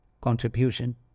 contribution